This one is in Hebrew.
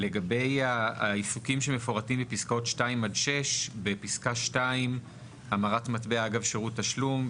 לגבי העיסוקים שמפורטים בפסקאות 2-6. בפסקה 2 המרת מטבע אגב שירות תשלום,